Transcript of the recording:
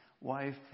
wife